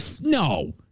No